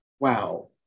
wow